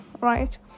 right